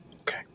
Okay